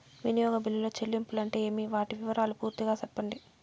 వినియోగ బిల్లుల చెల్లింపులు అంటే ఏమి? వాటి వివరాలు పూర్తిగా సెప్పండి?